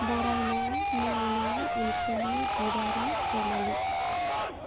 बरायना मायनाव अनसुलि बिबारि जनालि